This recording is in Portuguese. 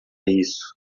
isso